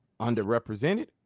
underrepresented